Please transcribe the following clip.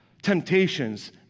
temptations